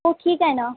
हो ठीक आहे ना